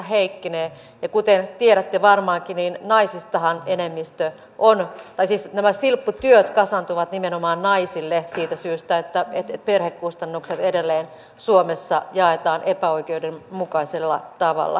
ja kuten tiedätte varmaan kiviin naisista enemmistö on nyt tai varmaankin nämä silpputyöt kasaantuvat nimenomaan naisille siitä syystä että perhekustannukset edelleen suomessa jaetaan epäoikeudenmukaisella tavalla